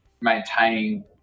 maintaining